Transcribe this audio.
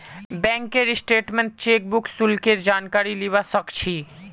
बैंकेर स्टेटमेन्टत चेकबुक शुल्केर जानकारी लीबा सक छी